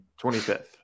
25th